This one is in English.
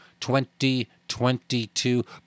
2022